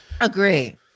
Agree